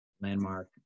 landmark